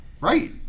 Right